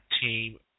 team